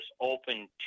open